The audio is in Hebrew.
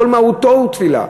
כל מהותו הוא תפילה.